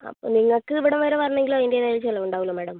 അപ്പം നിങ്ങൾക്ക് ഇവിടെ വരെ വരണമെങ്കിൽ അതിന്റേതായ ചിലവ് ഉണ്ടാവുമല്ലോ